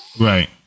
right